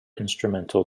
instrumental